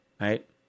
right